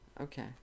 Okay